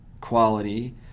quality